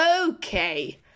okay